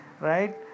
right